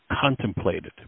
contemplated